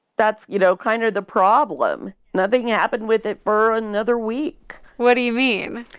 that's, you know, kind of the problem. nothing happened with it for another week what do you mean?